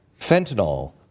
fentanyl